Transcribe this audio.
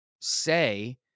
say